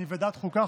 מוועדת החוקה,